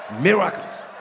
Miracles